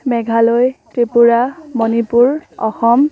Meghalaya Tripura Manipur Assam